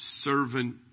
servant